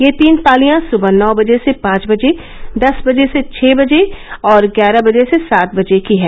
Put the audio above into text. ये तीन पालियां सुबह नौ से पांच बजे दस से छ बजे बजे और ग्यारह बजे से सात बजे की है